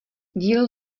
díl